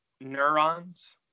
neurons